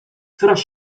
coraz